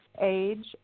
age